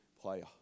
player